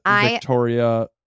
Victoria